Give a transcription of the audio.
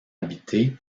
habités